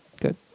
Good